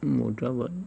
मोटा बाई